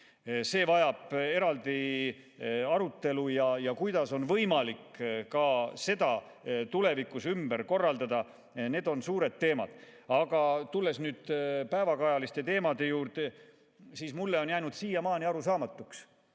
See vajab eraldi arutelu. Kuidas on võimalik seda tulevikus ümber korraldada? Need on suured teemad. Aga tulen nüüd päevakajaliste teemade juurde. Mulle on jäänud siiamaani arusaamatuks,